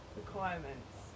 requirements